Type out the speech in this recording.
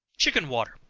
chicken water.